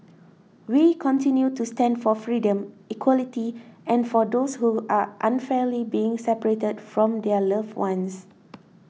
we continue to stand for freedom equality and for those who are unfairly being separated from their loved ones